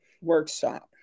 workshop